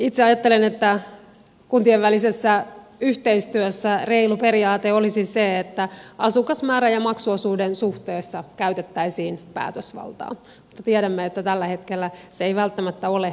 itse ajattelen että kuntien välisessä yhteistyössä reilu periaate olisi se että asukasmäärän ja maksuosuuden suhteessa käytettäisiin päätösvaltaa mutta tiedämme että tällä hetkellä se ei välttämättä ole mahdollista